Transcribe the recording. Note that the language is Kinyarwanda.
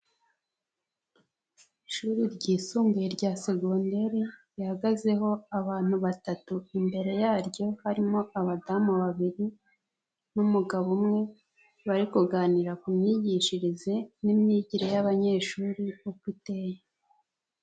Ishuri ryisumbuye rya segondaire rihagazeho abantu batatu imbere yaryo, harimo abadamu babiri n'umugabo umwe, bari kuganira ku myigishirize n'imyigire y'abanyeshuri uko iteye.